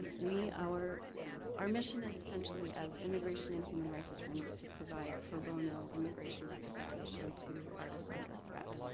we, our our mission is essentially as immigration and human rights attorneys to provide pro bono immigration representation to artists under threat.